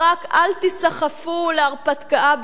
אל תיסחפו להרפתקה באירן.